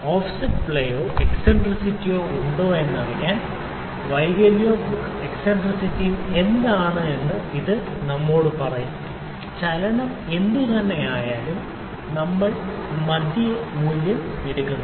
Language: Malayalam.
ഓഫ്സെറ്റൊ പ്ലേയോ എക്സ്സെന്ററിസിറ്റിയോ ഉണ്ടോ എന്നറിയാൻ വൈകല്യവും എക്സ്സെന്ററിസിറ്റിയും എന്താണെന്ന് ഇത് നമ്മോട് പറയും ചലനം എന്തുതന്നെയായാലും നമ്മൾ മധ്യ മൂല്യം എടുക്കുന്നു